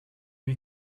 lui